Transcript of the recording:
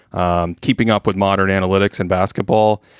um keeping up with modern analytics and basketball.